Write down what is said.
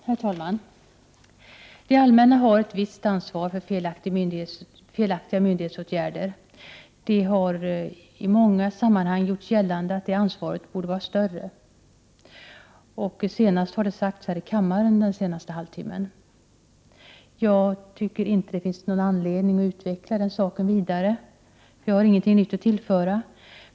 Herr talman! Det allmänna har ett visst ansvar för felaktiga myndighetsåtgärder. Det har i många sammanhang gjorts gällande att det ansvaret borde vara större. Senast har detta sagts i kammaren under den senaste halvtimmen. Jag tycker inte att det finns någon anledning att vidare utveckla den frågan. Jag har ingenting nytt att tillföra.